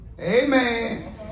Amen